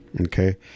Okay